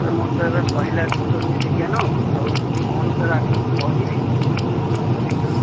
sir ମୋର ତ ଏବେ ସରିଲା ଯୁକ୍ତ ଦୁଇ ବିଜ୍ଞାନ ଆଉ କ'ଣ ସାର୍ ଆଗକୁ ପଢ଼ିବି କ'ଣ କରିବି ସାର୍